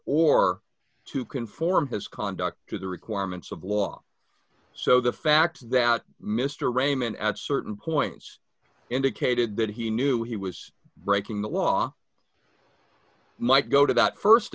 or to conform his conduct to the requirements of law so the fact that mr raman at certain points indicated that he knew he was breaking the law might go to that